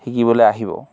শিকিবলৈ আহিব